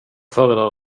föredrar